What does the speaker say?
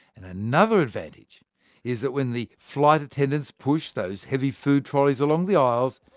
and another advantage is that when the flight attendants push those heavy food trolleys along the aisles,